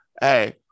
Hey